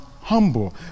humble